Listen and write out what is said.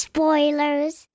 Spoilers